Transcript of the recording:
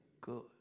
good